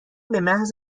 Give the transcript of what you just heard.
بمحض